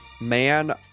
Man